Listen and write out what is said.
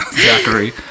Zachary